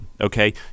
okay